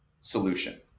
solution